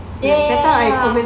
dah